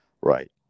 right